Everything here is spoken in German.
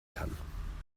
kann